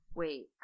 wait